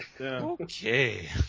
Okay